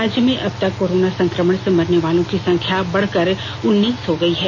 राज्य में अब तक कोरोना संकमण से मरने वालों की संख्या बढकर उन्नीस हो गयी है